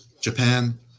Japan